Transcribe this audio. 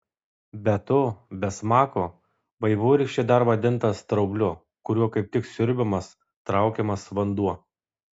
be to be smako vaivorykštė dar vadinta straubliu kuriuo kaip tik siurbiamas traukiamas vanduo